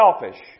selfish